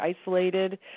isolated